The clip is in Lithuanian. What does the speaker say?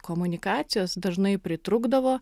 komunikacijos dažnai pritrūkdavo